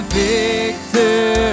victor